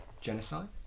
Genocide